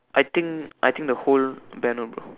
I think I think the whole banner bro